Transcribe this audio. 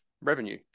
Revenue